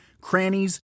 crannies